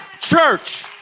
church